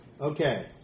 Okay